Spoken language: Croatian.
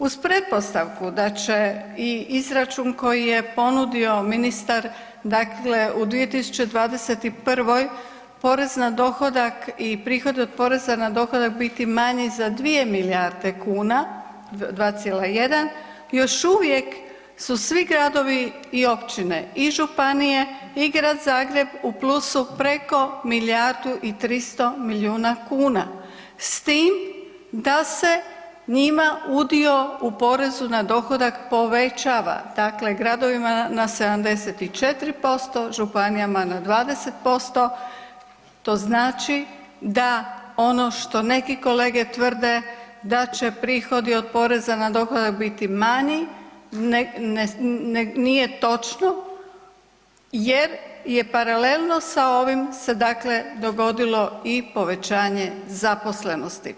Uz pretpostavku da će i izračun koji je ponudio ministar u 2021. porez na dohodak i prihod od poreza na dohodak biti manji za 2 milijarde kuna 2,1 još uvijek su svi gradovi i općine i županije i Grad Zagreb u plusu preko milijardu i 300 milijuna kuna s tim da se njima udio u porezu na dohodak povećava, dakle gradovima na 74%, županijama na 20% to znači da ono što neki kolege tvrde da će prihodi od poreza na dohodak biti manji nije točno jer je paralelno sa ovim se dogodilo i povećanje zaposlenosti.